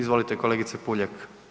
Izvolite kolegice Puljak.